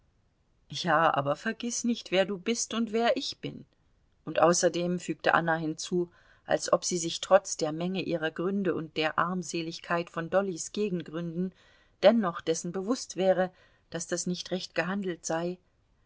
ja aber vergiß nicht wer du bist und wer ich bin und außerdem fügte anna hinzu als ob sie sich trotz der menge ihrer gründe und der armseligkeit von dollys gegengründen dennoch dessen bewußt wäre daß das nicht recht gehandelt sei